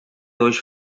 dois